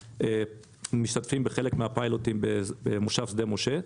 אנחנו גם משתתפים בחלק מהפיילוטים במושב שדה משה.